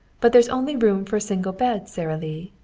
but there's only room for a single bed, sara lee.